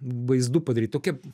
vaizdų padaryt tokia